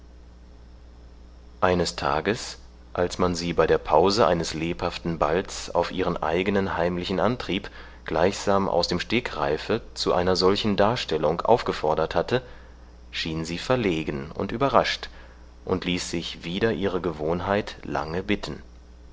eines tages als man sie bei der pause eines lebhaften balls auf ihren eigenen heimlichen antrieb gleichsam aus dem stegereife zu einer solchen darstellung aufgefordert hatte schien sie verlegen und überrascht und ließ sich wider ihre gewohnheit lange bitten